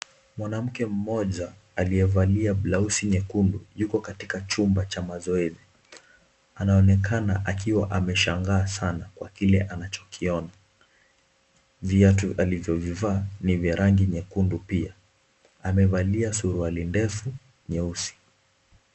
Mwanamke mmoja aliyevalia blausi nyekundu yuko katika chumba cha mazoezi, anaonekana akiwa ameshangaa sana na kile anachokiona viatu alivyovivaa ni vya rangi nyekundu pia amevalia suruali ndefu nyeusi.